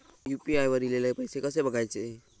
UPI वर ईलेले पैसे कसे बघायचे?